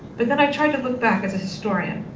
but then i tried to look back as a historian.